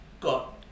got